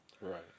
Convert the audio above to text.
Right